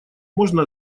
можно